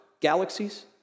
galaxies